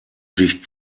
sich